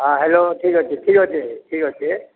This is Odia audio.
ହଁ ହ୍ୟାଲୋ ଠିକ୍ ଅଛେ ଠିକ୍ ଅଛେ ଠିକ୍ ଅଛେ